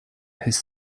his